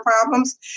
problems